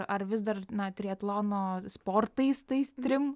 ar vis dar na triatlono sportais tais trim